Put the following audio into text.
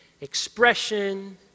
expression